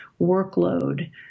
workload